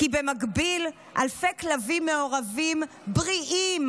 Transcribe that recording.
כי במקביל אלפי כלבים מעורבים בריאים